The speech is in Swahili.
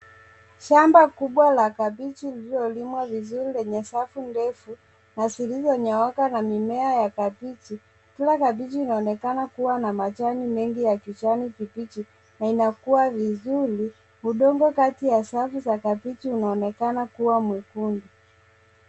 Shamba kubwa la kabichi lililolimwa vizuri lenye safu ndefu zilizonyooka na mimea ya kabichi. Kila kabichi inaonekana kuwa na majani mengi ya kijani kibichi na inakua vizuri. Udongo kati ya safu za kabichi inaonekana kuwa mwekundu.